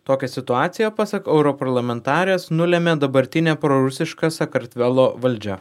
tokia situacija pasak europarlamentarės nulemia dabartinė prorusiška sakartvelo valdžia